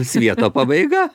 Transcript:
svieto pabaiga